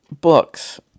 Books